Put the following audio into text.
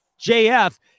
JF